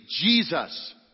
Jesus